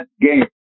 game